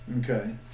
Okay